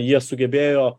jie sugebėjo